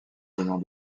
venant